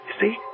see